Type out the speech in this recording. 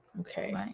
okay